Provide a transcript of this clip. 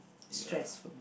stressful